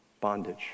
bondage